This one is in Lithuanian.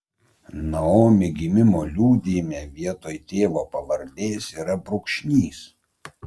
naomi gimimo liudijime vietoj tėvo pavardės yra brūkšnys